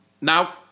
Now